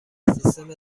سیستم